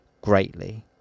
greatly